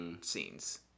scenes